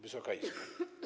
Wysoka Izbo!